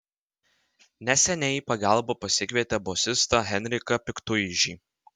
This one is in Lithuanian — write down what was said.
neseniai į pagalbą pasikvietę bosistą henriką piktuižį